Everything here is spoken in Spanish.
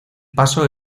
paso